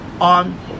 on